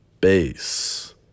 base